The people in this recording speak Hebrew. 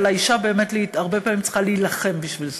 אבל האישה באמת הרבה פעמים צריכה להילחם בשביל זה.